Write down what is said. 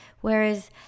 Whereas